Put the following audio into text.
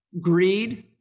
Greed